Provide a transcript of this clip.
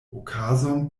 okazon